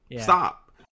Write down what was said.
Stop